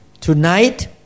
Tonight